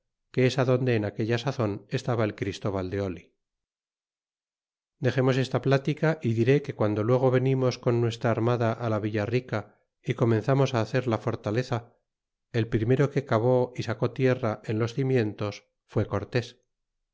que es adonde en aquell sazon estaba el christóbal de oli dexemos esta plática y diré que guando luego venimos con nuestra armada á la villa rica y comenzamos á hacer la fortaleza el primero que cavó y sacó tierra en los cimientos fue cortes